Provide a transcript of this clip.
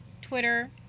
Twitter